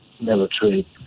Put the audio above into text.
military